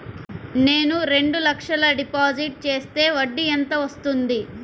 నేను రెండు లక్షల డిపాజిట్ చేస్తే వడ్డీ ఎంత వస్తుంది?